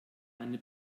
eine